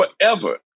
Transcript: forever